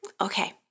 Okay